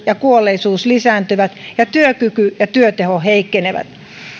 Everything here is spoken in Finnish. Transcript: ja kuolleisuus lisääntyvät ja työkyky ja työteho heikkenevät tämän lain myötä